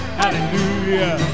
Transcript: hallelujah